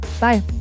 bye